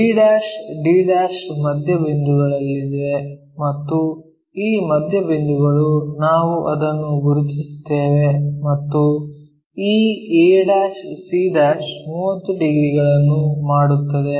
b' d' ಮಧ್ಯಬಿಂದುಗಳಲ್ಲಿವೆ ಮತ್ತು ಈ ಮಧ್ಯಬಿಂದುಗಳು ನಾವು ಅದನ್ನು ಗುರುತಿಸುತ್ತೇವೆ ಮತ್ತು ಈ a c' 30 ಡಿಗ್ರಿಗಳನ್ನು ಮಾಡುತ್ತದೆ